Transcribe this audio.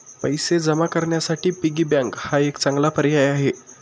पैसे जमा करण्यासाठी पिगी बँक हा एक चांगला पर्याय आहे